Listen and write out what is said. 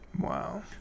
Wow